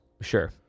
Sure